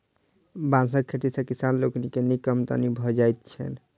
बाँसक खेती सॅ किसान लोकनि के नीक आमदनी भ जाइत छैन